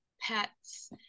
pets